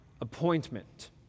appointment